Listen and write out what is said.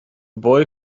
boy